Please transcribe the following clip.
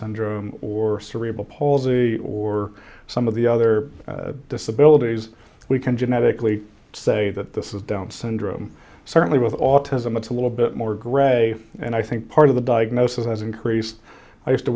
syndrome or cerebral palsy or some of the other disabilities we can genetically say that this is down's syndrome certainly with autism it's a little bit more gray and i think part of the diagnosis has increased i